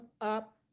up